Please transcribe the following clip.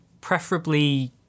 preferably